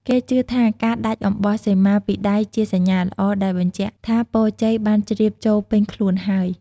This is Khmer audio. គេជឿថាការដាច់អំបោះសីមាពីដៃជាសញ្ញាល្អ ដែលបញ្ជាក់ថាពរជ័យបានជ្រាបចូលពេញខ្លួនហើយ។